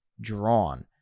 drawn